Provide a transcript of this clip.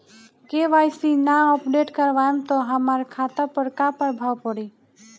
KYC ना update करवाएम त हमार खाता पर का प्रभाव पड़ी?